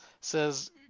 says